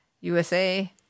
USA